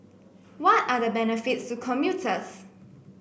what are the benefits to commuters